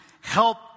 help